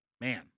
Man